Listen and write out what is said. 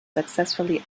successfully